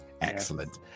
Excellent